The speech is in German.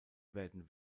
werden